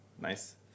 nice